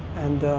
and,